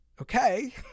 okay